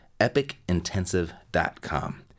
epicintensive.com